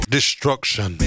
Destruction